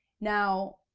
now,